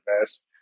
best